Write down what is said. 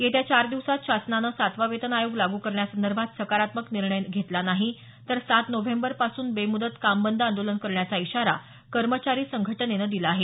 येत्या चार दिवसांत शासनानं सातवा वेतन आयोग लागू करण्यासंदर्भात सकारात्मक निर्णय घेतला नाही तर सात नोव्हेंबरपासून बेमुदत काम बंद आंदोलन करण्याचा इशारा कर्मचारी संघटनेनं दिला आहे